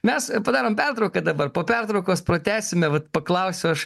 mes padarom pertrauką dabar po pertraukos pratęsime vat paklausiu aš